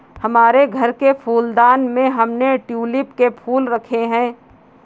हमारे घर के फूलदान में हमने ट्यूलिप के फूल रखे हैं